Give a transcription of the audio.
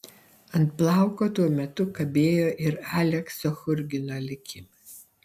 ant plauko tuo metu kabėjo ir aleksio churgino likimas